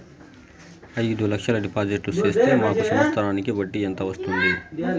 అయిదు లక్షలు డిపాజిట్లు సేస్తే మాకు సంవత్సరానికి వడ్డీ ఎంత వస్తుంది?